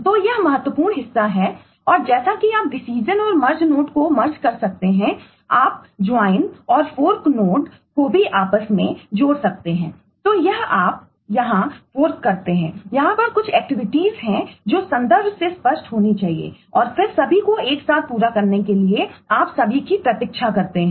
तो यह महत्वपूर्ण हिस्सा है और जैसा कि आप डिसीजन करते है यहां पर कुछ एक्टिविटीज है जो संदर्भ से स्पष्ट होनी चाहिए और फिर सभी को एक साथ पूरा करने के लिए आप सभी की प्रतीक्षा करते हैं